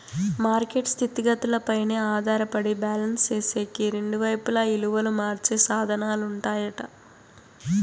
market స్థితిగతులపైనే ఆధారపడి balance సేసేకి రెండు వైపులా ఇలువను మార్చే సాధనాలుంటాయట